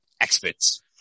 experts